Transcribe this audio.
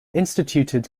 instituted